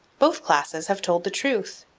both classes have told the truth.